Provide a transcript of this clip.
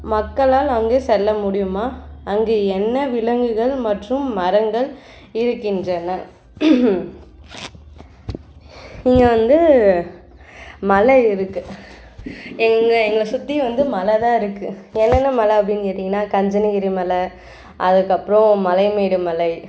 மக்களால் அங்கு செல்ல முடியுமா அங்கு என்ன விலங்குகள் மற்றும் மரங்கள் இருக்கின்றன இங்கே வந்து மலை இருக்கு எங்கள் எங்கள் சுற்றி வந்து மலை தான் இருக்கு என்னென்ன மலை அப்படின்னு கேட்டிங்கன்னா கஞ்சனகிரி மலை அதற்கப்பறம் மலைமேடு மலை